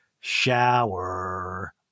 shower